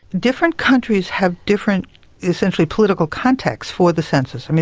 different countries have different essentially political contexts for the census.